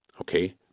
okay